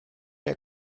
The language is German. der